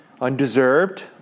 Undeserved